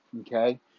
Okay